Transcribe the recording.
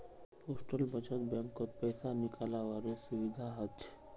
postal बचत बैंकत पैसा निकालावारो सुविधा हछ